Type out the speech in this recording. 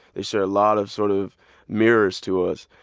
they share a lot of sort of mirrors to us.